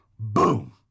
Boom